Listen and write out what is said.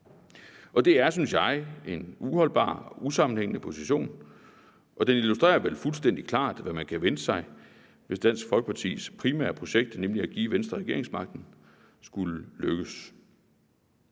Det er, synes jeg, en uholdbar og usammenhængende position, og den illustrerer vel fuldstændig klart, hvad man kan vente sig, hvis Dansk Folkepartis primære projekt, nemlig at give Venstre regeringsmagten, skulle lykkes.